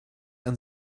ein